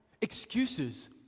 Excuses